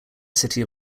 city